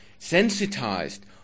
sensitized